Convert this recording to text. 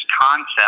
concept